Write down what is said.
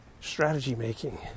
strategy-making